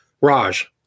Raj